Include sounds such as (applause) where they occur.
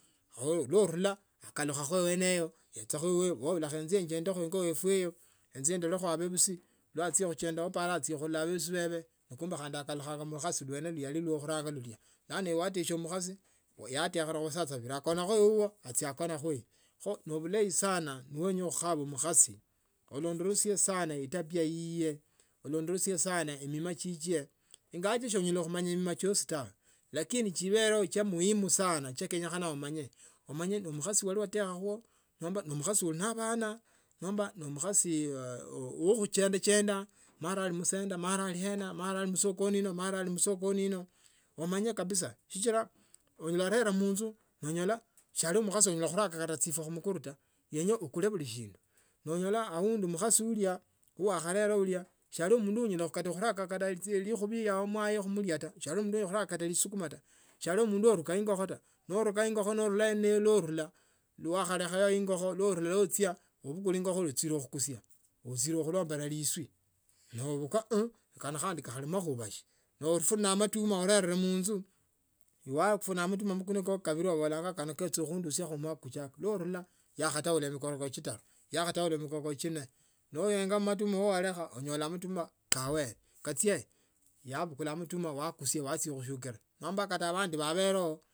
(hesitation) khonila akhulukhakho yeneyo yachakha uo yabulakho khuchinda etwe eno enje ndoleka abebisi echije kuchinda opara achie khukhola bebusi babe kumbe khandi akhalukha mu lukhasi luene luwa ari luwa lukhuanga bulano ibe watesia mukhasi yatekhela masacha ibula akona kha ibue achia akoraho ino kho nobulei sana nawenya khukhaba mukhosi mukhasi ulondolesie sana etabia yiye ulondolesie sana emima chichwe ingawaje sonyola khumanya mima chiosi tawe lakini chibeleo chiya muhimu sana chenye hananga umaanye umanye ne mukhasi waba watekhako nomba ne mukhasi ulinende abana nomba ne mukhasi wa khuchenda chenda mara ali mwenda mara ali msokoni mara ali msokoni ino umanye kabisa sichila unyala khurela munzu manyola si ali mukhasi unyala khuraka kata chifwa mumukhunda ta wenya ukule buli shindu nonyole aundi mukhasi unya wo wakherela unya shi ali mundu wa ayala khuraka lukhubi ao muaye mulya ta shindi mundu wakharaka kata sukuma ta sa ali mundu wo onyala kuruka ingoho ta lowikha ingoho lonilayo nerula wakhalekhayo ingoho lonile no achia ubukule ingoho uchile khukhusia akusile khulombela chifwa ouka aah khano khandi kali makhuha sii nopfunile matamu alere munzu wafunda matamu magania kako kabili ubakano kocha khundusia mwaka kuchakia norula yakhataya nikorokoro chitani. atayile nikorokoro chinne neenga matamu kwayalekha unyola matamu kawele kachie yabukula amatuma wakasia wachia khuushakilia nomba kata abandi babeleo.